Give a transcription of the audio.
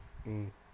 mm